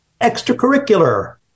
extracurricular